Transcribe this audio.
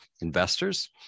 investors